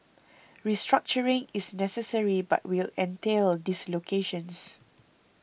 restructuring is necessary but will entail dislocations